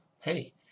Hey